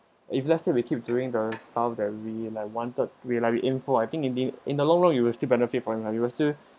if let's say we keep doing the stuff that we like wanted we like we info I think in the in the long run you will still benefit for it lah we will still